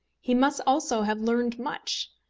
he must also have learned much.